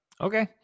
Okay